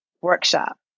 workshop